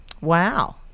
Wow